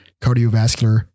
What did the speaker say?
cardiovascular